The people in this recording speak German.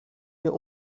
mir